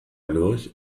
lurch